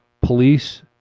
police